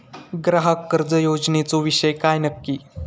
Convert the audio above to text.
ग्राहक कर्ज योजनेचो विषय काय नक्की?